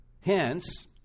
Hence